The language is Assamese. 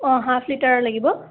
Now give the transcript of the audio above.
অঁ হাফ লিটাৰৰ লাগিব